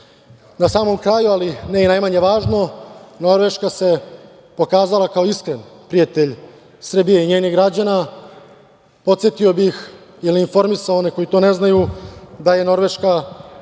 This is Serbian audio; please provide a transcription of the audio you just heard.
samo karaju, ali ne i najmanje važno, Norveška se pokazala kao iskren prijatelj Srbije i njenih građana. Podsetio bih ili informisao one koji to ne znaju da je Norveška